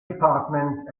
department